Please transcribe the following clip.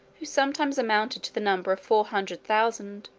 who sometimes amounted to the number of four hundred thousand,